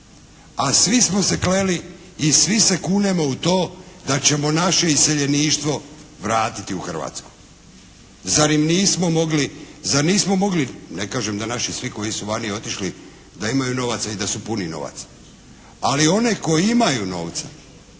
A svi smo se kleli i svi se kunemo u to da ćemo naše iseljeništvo vratiti u Hrvatsku. Zar im nismo mogli, zar nismo mogli, ne kažem da naši svi koji su vani otišli da imaju novaca i da su puni novaca. Ali one koji imaju novca